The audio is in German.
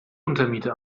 untermiete